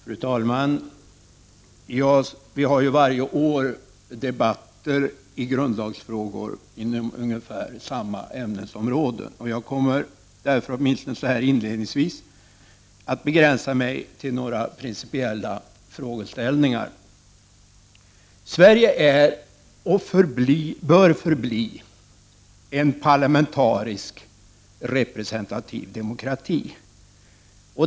Fru talman! Vi har ju varje år debatter inom ungefär samma ämnesom 30 november 1990 råde i grundlagsfrågor. Jag kommer därför, åtminstone så här inledningsvis, att begränsa mig till några principiella frågeställningar. Sverige är, och bör förbli, en parlamentarisk representativ demokrati.